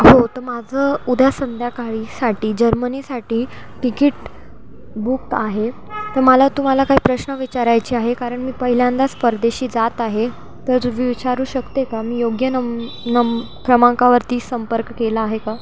हो तर माझं उद्या संध्याकाळीसाठी जर्मनीसाठी तिकीट बुक आहे तर मला तुम्हाला काही प्रश्न विचारायचे आहे कारण मी पहिल्यांदाच परदेशी जात आहे तर मी विचारू शकते का मी योग्य नम नम क्रमांकावरती संपर्क केला आहे का